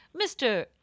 Mr